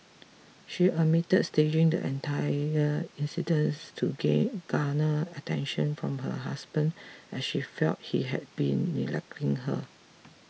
she admitted staging the entire incidents to gay garner attention from her husband as she felt he had been neglecting her